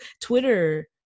Twitter